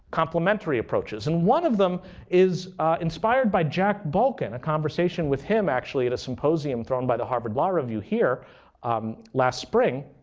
complementary approaches. and one of them is inspired by jack balkan, a conversation with him actually at a symposium thrown by the harvard law review here last spring,